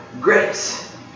grapes